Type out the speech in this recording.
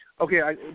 okay